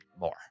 more